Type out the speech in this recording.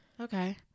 Okay